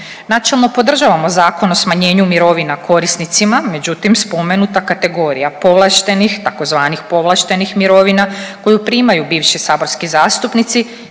Načelno podržavamo zakon o smanjenju mirovina korisnicima, međutim, spomenuta kategorija povlaštenih, tzv. povlaštenih mirovina koju primaju bivši saborski zastupnici